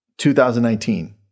2019